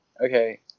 Okay